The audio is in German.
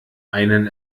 einen